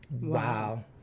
Wow